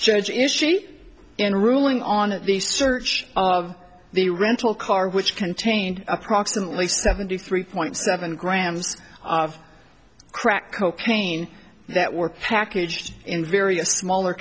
judge issued in ruling on the search of the rental car which contained approximately seventy three point seven grams of crack cocaine that were packaged in various smaller